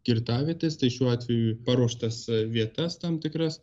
kirtavietes tai šiuo atveju paruoštas vietas tam tikras